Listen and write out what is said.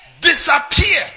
disappear